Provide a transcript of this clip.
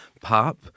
pop